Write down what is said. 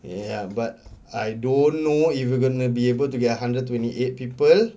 ya but I don't know if we're gonna be able to get a hundred and twenty eight people